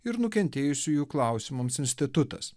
ir nukentėjusiųjų klausimams institutas